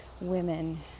women